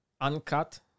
uncut